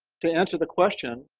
to answer the question,